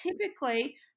typically